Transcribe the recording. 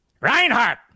Reinhardt